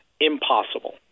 Impossible